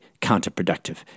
counterproductive